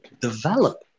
develop